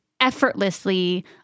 effortlessly